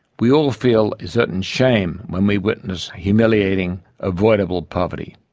we all feel a certain shame when we witness humiliating, avoidable poverty,